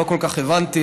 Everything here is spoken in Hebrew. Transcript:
לא כל כך הבנתי,